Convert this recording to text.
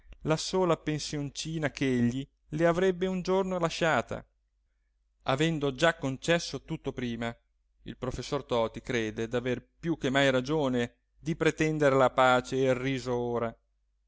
la sola pensioncina ch'egli le avrebbe un giorno lasciata avendo già concesso tutto prima il professor toti crede d'aver più che mai ragione di pretendere la pace e il riso ora